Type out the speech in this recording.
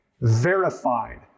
verified